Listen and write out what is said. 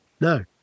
No